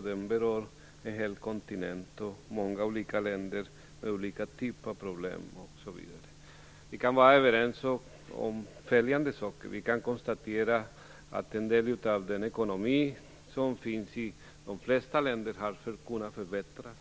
Den berör en hel kontinent, många olika länder med olika typer av problem osv. Vi kan vara överens om följande saker. Till en del har ekonomin i de flesta av länderna kunnat förbättras.